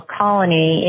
colony